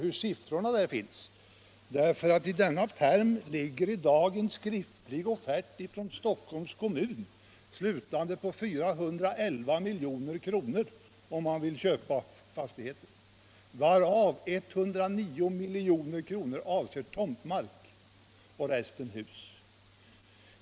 I den pärm jag här håller upp ligger en skriftlig offert från Stockholms kommun, slutande på 411 milj.kr., om man vill köpa fastigheten, varav 109 milj.kr. avser tomtmark och resten hus.